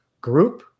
group